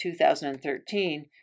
2013